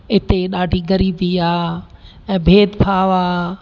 इते ॾाढी ग़रीबी आहे ऐं भेद भाव आहे